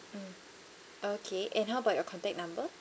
mm okay and how about your contact number